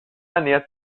ernährt